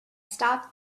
stop